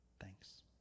Thanks